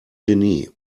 genie